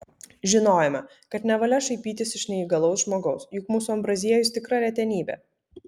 žinojome kad nevalia šaipytis iš neįgalaus žmogaus juk mūsų ambraziejus tikra retenybė